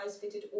fitted